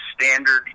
standard